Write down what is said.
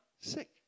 sick